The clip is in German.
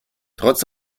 trotz